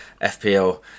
FPL